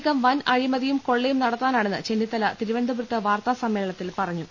നീക്കം വൻ അഴിമതിയും കൊള്ളയും നടത്താനാണെന്ന് ചെന്നിത്തല തിരുവനന്തപുരത്ത് വാർത്താ സമ്മേ ളനത്തിൽ പറഞ്ഞു